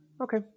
Okay